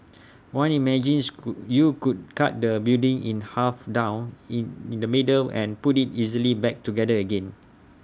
one imagines you could cut the building in half down IT in the middle and put IT easily back together again